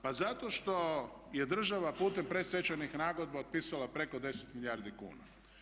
Pa zato što je država putem predstečajnih nagodba otpisala preko 10 milijardi kuna.